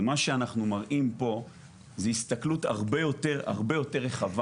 ומה שאנחנו מראים פה זה הסתכלות הרבה יותר רחבה.